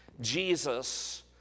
Jesus